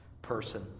Person